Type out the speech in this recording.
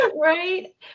Right